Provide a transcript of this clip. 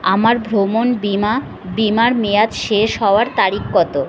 আমার ভ্রমণ বিমা বিমার মেয়াদ শেষ হওয়ার তারিখ কতো